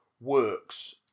works